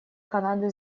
канады